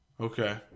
okay